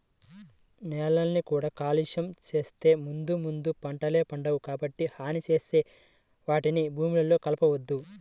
నేలని కూడా కాలుష్యం చేత్తే ముందు ముందు పంటలే పండవు, కాబట్టి హాని చేసే ఆటిని భూమిలో కలపొద్దు